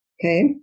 okay